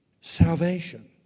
Salvation